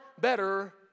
better